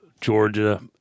Georgia